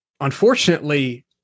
Unfortunately